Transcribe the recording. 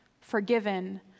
forgiven